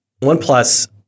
OnePlus